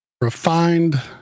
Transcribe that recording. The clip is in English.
refined